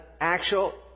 actual